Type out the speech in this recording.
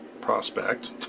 prospect